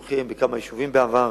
הוא כיהן בכמה יישובים בעבר